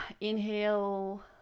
inhale